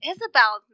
Isabel